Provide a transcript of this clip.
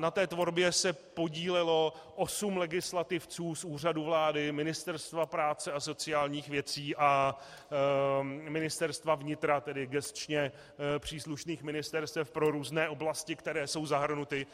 Na té tvorbě se podílelo osm legislativců z Úřadu vlády, Ministerstva práce a sociálních věcí a Ministerstva vnitra, tedy gesčně příslušných ministerstev pro různé oblasti, které jsou zahrnuty